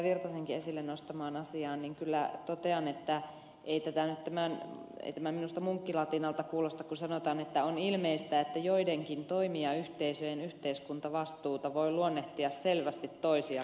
virtasenkin esille nostamaan asiaan kyllä totean että ei tämä minusta munkkilatinalta kuulosta kun sanotaan että on ilmeistä että joidenkin toimijayhteisöjen yhteiskuntavastuuta voi luonnehtia selvästi toisia korkeammaksi